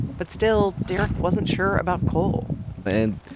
but still derek wasn't sure about coal man,